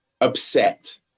upset